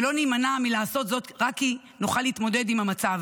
ולא נימנע מלעשות זאת רק כי נוכל להתמודד עם המצב.